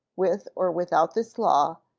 with or without this law,